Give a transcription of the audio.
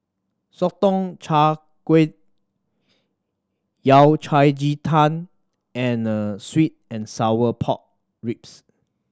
Sotong Char Kway Yao Cai ji tang and sweet and sour pork ribs